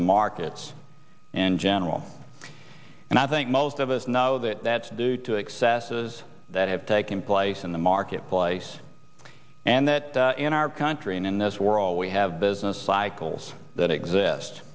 the markets in general and i think most of us know that that's due to excesses that have taken place in the marketplace and that in our country and in this world we have business cycles that exist